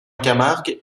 camargue